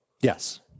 Yes